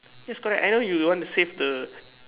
yes correct I know you would want to save the